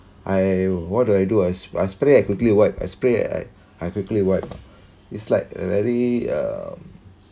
I what do I do I sp~ I spray I quickly wipe I spray I I quickly wipe it's like a very uh